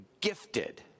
gifted